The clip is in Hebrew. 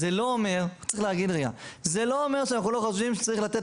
זה לא אומר שאנחנו לא חושבים שצריך לתת